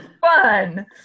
Fun